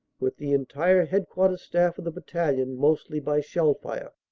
with the entire headquarters staff of the battalion, mostly by shell fire.